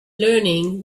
learning